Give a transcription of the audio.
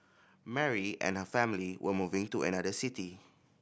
Mary and her family were moving to another city